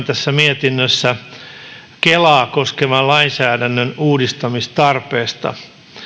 tässä mietinnössä kelaa koskevan lainsäädännön uudistamistarpeesta